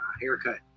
haircut